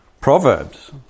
Proverbs